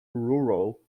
rural